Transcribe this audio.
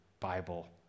Bible